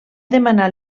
demanar